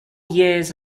years